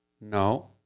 No